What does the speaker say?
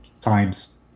times